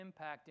impacting